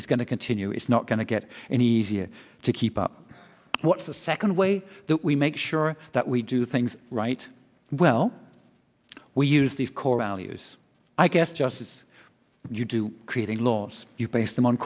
it's going to continue it's not going to get any easier to keep up what's the second way that we make sure that we do things right well we use these core values i guess just as you do creating laws you